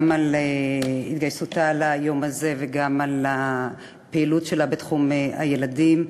גם על התגייסותה ליום הזה וגם על הפעילות שלה בתחום הילדים.